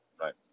right